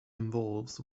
involves